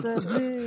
אל תגיד.